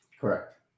Correct